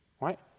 right